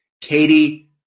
Katie